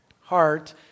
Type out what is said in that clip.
heart